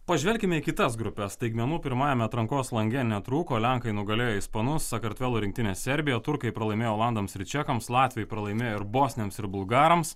pažvelkime į kitas grupes staigmenų pirmajame atrankos lange netrūko lenkai nugalėjo ispanus sakartvelo rinktinę serbija turkai pralaimėjo olandams ir čekams latviai pralaimėjo ir bosniams ir bulgarams